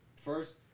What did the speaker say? first